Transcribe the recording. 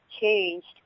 changed